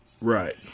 Right